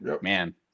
Man